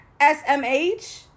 SMH